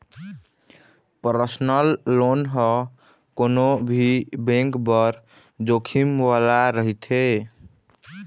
personal loan ह कोनो भी बेंक बर जोखिम वाले रहिथे